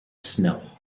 snow